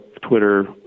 Twitter